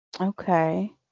Okay